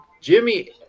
Jimmy